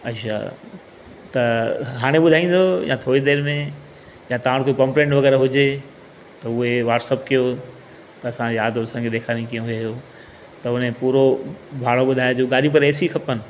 अछा त हाणे ॿुधाईंदो या थोरी देरि में या तव्हां वटि कोई पंपलेट वग़ैरह हुजे त उहे व्हाट्सअप कयो असां यार दोस्तनि खे ॾेखारईं कीअं हुयूं त हुन जो पूरो भाड़ो ॿुधाइजो गाॾी पर एसी खपनि